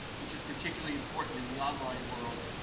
which is particularly important in the online world,